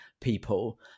people